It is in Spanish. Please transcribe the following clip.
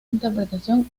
interpretación